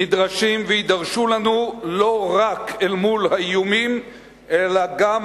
נדרשים ויידרשו לנו לא רק אל מול האיומים אלא גם